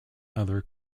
other